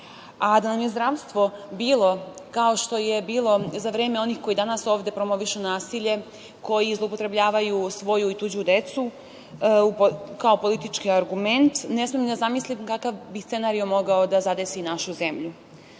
A, da nam je zdravstvo bilo kao što je bilo za vreme onih koji danas ovde promovišu nasilje, koji zloupotrebljavaju svoju i tuđu decu kao politički argument, ne smem ni da zamislim kakav bi scenario mogao da zadesi našu zemlju,